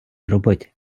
роботі